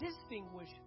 distinguish